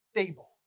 stable